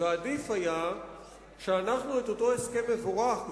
ועדיף היה שאנחנו את אותו הסכם מבורך,